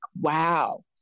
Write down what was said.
wow